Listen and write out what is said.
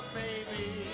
baby